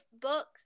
book